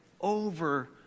over